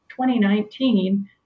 2019